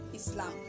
Islam